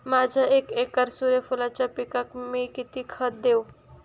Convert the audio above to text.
माझ्या एक एकर सूर्यफुलाच्या पिकाक मी किती खत देवू?